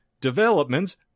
developments